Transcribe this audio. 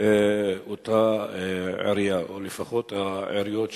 אותה עירייה, או לפחות העיריות שהזכרנו.